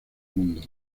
mundo